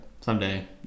Someday